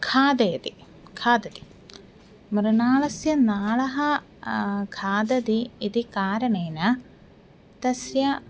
खादति खादति मृणालस्य नालः खादति इति कारणेन तस्य